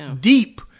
deep